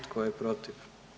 Tko je protiv?